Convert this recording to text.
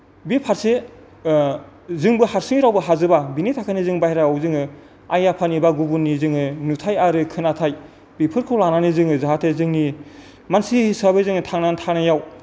बेनि फारसे जोंबो हारसिङै रावबो हाजोबा बिनिथाखायनो बाहेरावबो जोङो आइ आफानि बा गुबुननि जोङो नुथाय आरो खोनाथाय बेफोरखौ लानानै जोङो जाहाथे जोंनि मानसि हिसाबै जोङो थांनानै थानायाव